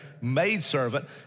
maidservant